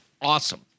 awesome